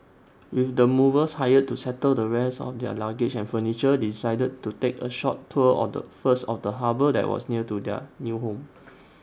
with the movers hired to settle the rest of their luggage and furniture they decided to take A short tour of the first of the harbour that was near their new home